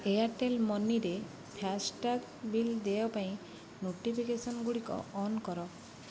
Airtel ମନିରେ FASTag bill ଦେୟ ପାଇଁ ନୋଟିଫିକେସନ୍ ଗୁଡ଼ିକ ଅନ୍ କର